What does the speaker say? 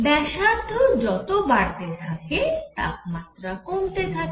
ব্যাসার্ধ যত বাড়তে থাকে তাপমাত্রা কমে যায়